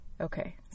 Okay